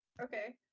Okay